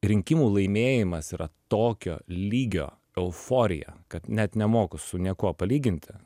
rinkimų laimėjimas yra tokio lygio euforija kad net nemoku su niekuo palyginti